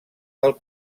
del